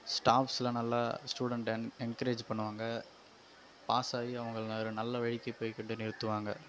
staffs எல்லாம் நல்லா ஸ்டூடெண்ட்டை என் என்கிரேஜ் பண்ணுவாங்க பாஸ் ஆகி அவங்கள ந ஒரு நல்ல வழிக்கு போய் கொண்டு நிறுத்துவாங்க